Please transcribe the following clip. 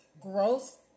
growth